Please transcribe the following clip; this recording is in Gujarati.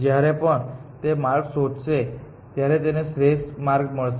જ્યારે પણ તે માર્ગ શોધશે ત્યારે તેને શ્રેષ્ઠ માર્ગ મળશે